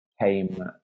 came